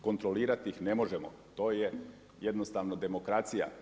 Kontrolirati ih ne možemo, to je jednostavno demokracija.